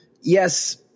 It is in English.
yes